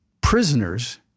prisoners